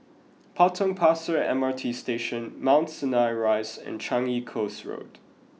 Potong Pasir M R T Station Mount Sinai Rise and Changi Coast Road